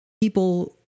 people